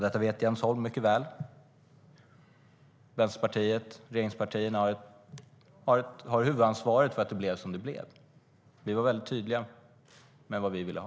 Detta vet Jens Holm mycket väl. Vänsterpartiet och regeringspartierna har huvudansvaret för att det blev som det blev. Vi var tydliga med vad vi ville ha.